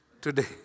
Today